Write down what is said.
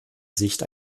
sicht